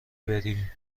بری